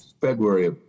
February